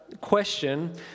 Question